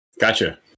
Gotcha